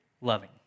loving